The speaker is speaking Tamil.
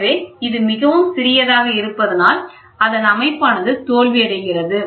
எனவே இது மிகவும் சிறியதாக இருப்பதனால் அதன் அமைப்பானது தோல்வியடைகிறது